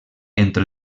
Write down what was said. entre